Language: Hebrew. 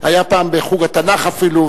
היה פעם בחוג התנ"ך אפילו,